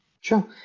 Sure